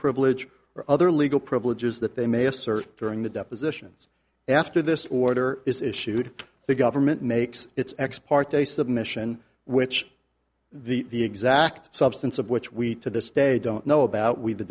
privilege or other legal privileges that they may assert during the depositions after this order is issued the government makes its ex parte submission which the exact substance of which we to this day don't know about we the